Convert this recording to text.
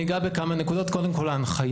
אני אגע בכמה נקודות, קודם כל ההנחיה.